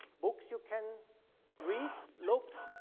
books you can read, look.